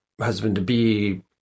husband-to-be